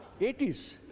80s